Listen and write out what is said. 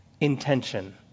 intention